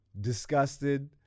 disgusted